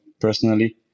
personally